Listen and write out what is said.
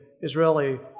Israeli